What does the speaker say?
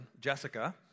Jessica